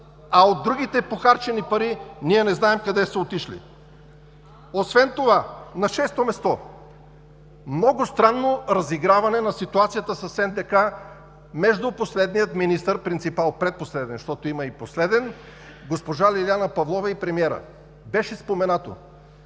а от другите похарчени пари ние не знаем къде са отишли? На шесто място. Много странно разиграване на ситуацията с НДК между последния министър принципал, предпоследен, защото има и последен – госпожа Лиляна Павлова, и премиера. Какво е това